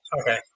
Okay